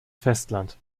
festland